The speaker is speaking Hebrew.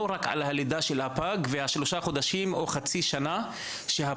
לא רק על הלידה של הפג והשלושה חודשים או חצי השנה שהפג